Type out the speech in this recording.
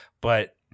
But-